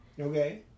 Okay